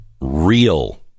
real